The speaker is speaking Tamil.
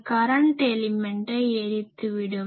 இது கரன்ட் எலிமென்ட்டை எரித்து விடும்